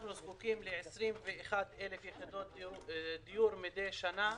אנחנו זקוקים ל-21,000 יחידות דיור מידי שנה.